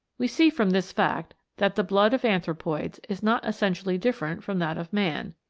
we see from this fact that the blood of anthropoids is not essentially different from that of man.